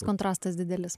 kontrastas didelis